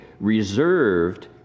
reserved